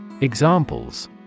Examples